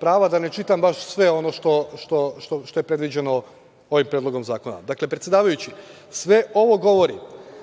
prava da ne čitam baš sve ono što je predviđeno ovim predlogom zakona. Dakle, predsedavajući, sve ovo govori